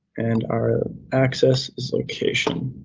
and our axis is location.